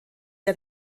der